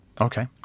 Okay